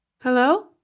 Hello